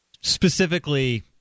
specifically